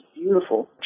beautiful